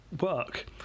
work